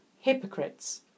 Hypocrites